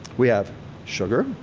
we have sugar.